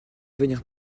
venir